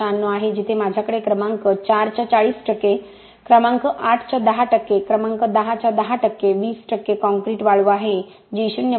696 आहे जेथे माझ्याकडे क्रमांक 4 च्या 40 टक्के क्रमांक 8 च्या 10 टक्के क्रमांक 10 च्या 10 टक्के 20 टक्के काँक्रीट वाळू आहे जी 0